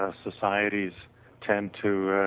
ah societies tend to